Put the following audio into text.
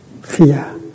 fear